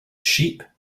sheep